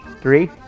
three